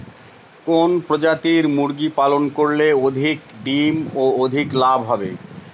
কোন প্রজাতির মুরগি পালন করলে অধিক ডিম ও অধিক লাভ হবে?